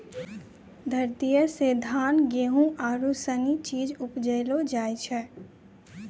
धरतीये से धान, गेहूं आरु सनी चीज उपजैलो जाय छै